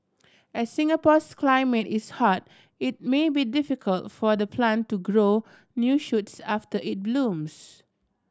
as Singapore's climate is hot it may be difficult for the plant to grow new shoots after it blooms